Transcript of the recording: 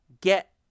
get